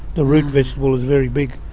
the root vegetable is very big.